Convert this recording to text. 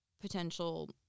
potential